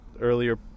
earlier